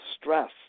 stress